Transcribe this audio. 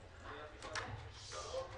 קלאודיה,